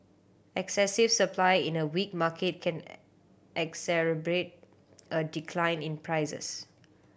excessive supply in a weak market can exacerbate a decline in prices